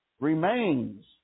remains